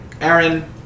Aaron